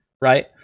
right